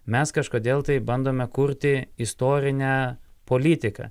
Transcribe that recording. mes kažkodėl taip bandome kurti istorinę politiką